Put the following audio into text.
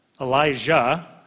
Elijah